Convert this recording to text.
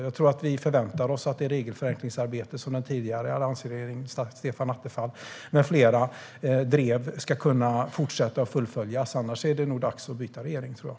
Jag tror att vi förväntar oss att det regelförenklingsarbete som den tidigare alliansregeringens Stefan Attefall med flera drev ska kunna fortsätta och fullföljas. Annars är det nog dags att byta regering, tror jag.